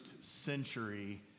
century